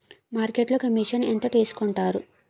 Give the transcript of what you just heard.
మార్కెట్లో కమిషన్ ఎంత తీసుకొంటారు?